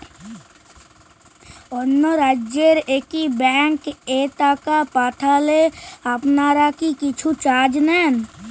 অন্য রাজ্যের একি ব্যাংক এ টাকা পাঠালে আপনারা কী কিছু চার্জ নেন?